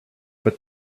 but